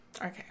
okay